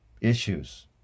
issues